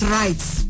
rights